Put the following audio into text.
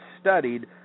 studied